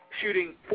shooting